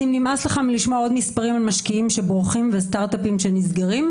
אם נמאס לך לשמוע עוד מספרים על משקיעים שבורחים וסטארט אפים שנסגרים,